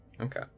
Okay